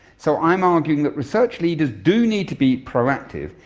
so i'm arguing that research leaders do need to be proactive,